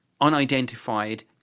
unidentified